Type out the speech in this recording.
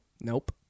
Nope